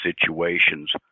situations